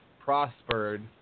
prospered